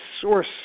source